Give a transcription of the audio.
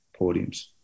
podiums